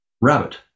rabbit